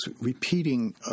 repeating